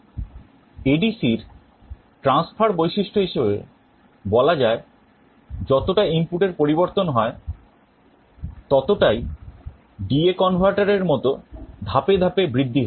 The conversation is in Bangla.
ADCএর transfer বৈশিষ্ট্য হিসেবে বলা যায় যতটা ইনপুট এর পরিবর্তন হয় ততটাই DA converter এর মত ধাপে ধাপে বৃদ্ধি হয়